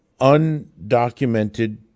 undocumented